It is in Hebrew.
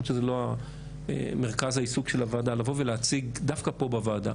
לבוא ולהציג דווקא פה בוועדה